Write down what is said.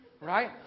right